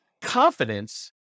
confidence